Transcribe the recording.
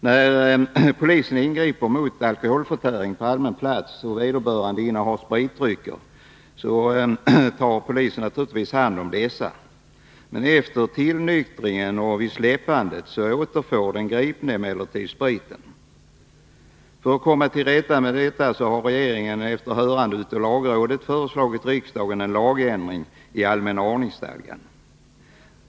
När polisen ingriper mot alkoholförtäring på allmän plats och vederbörande innehar spritdrycker, tar naturligtvis polisen hand om dessa. Efter tillnyktring och vid släppandet återfår emellertid den gripne sin sprit. För att komma till rätta med detta förhållande har regeringen efter hörande av lagrådet föreslagit riksdagen en lagändring i allmänna ordningsstadgan.